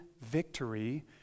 victory